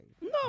No